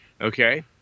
Okay